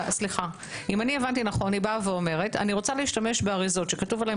היא אומרת: אני רוצה להשתמש באריזות שכתוב עליהן